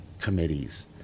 committees